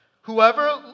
Whoever